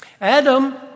Adam